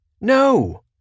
No